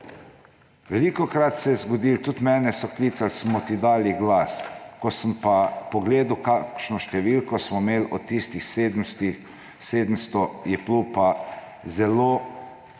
Velikokrat se je zgodilo, tudi mene se klicali, smo ti dali glas, ko sem pa pogledal, kakšno številko smo imel od tistih 700, je bil pa zelo